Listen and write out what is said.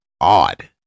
odd